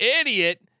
idiot